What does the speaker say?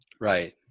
Right